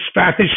Spanish